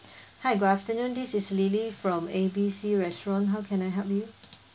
hi good afternoon this is lily from A B C restaurant how can I help you